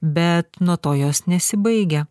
bet nuo to jos nesibaigia